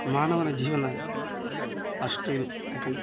ಮಾನವನ ಜೀವನ ಅಷ್ಟು ಇಲ್ಲ ಯಾಕೆಂದರೆ